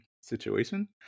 situation